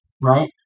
right